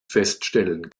feststellen